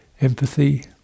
empathy